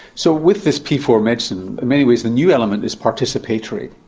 so, with this p four medicine, in many ways the new element is participatory,